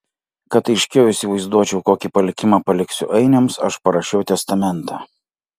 kad aiškiau įsivaizduočiau kokį palikimą paliksiu ainiams aš parašiau testamentą